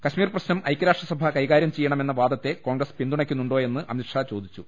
കശ്മീർ പ്രശ്നം ഐക്യരാഷ്ട്രസഭ കൈകാര്യം ചെയ്യണ മെന്ന വാദത്തെ കോൺഗ്രസ് പിന്തുണക്കുന്നുണ്ടോയെന്ന് അമിത് ഷാ ചോദിച്ചു